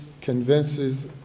convinces